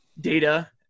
data